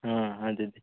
ହଁ ହଁ ଦିଦି